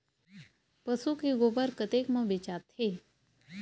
पशु के गोबर कतेक म बेचाथे?